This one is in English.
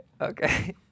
Okay